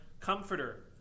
comforter